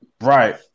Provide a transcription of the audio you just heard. Right